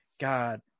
God